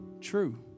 True